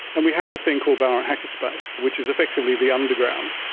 and we have a thing called ballarat hackers space, which is effectively the underground,